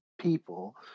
people